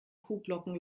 kuhglocken